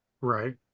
Right